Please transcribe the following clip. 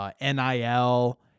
NIL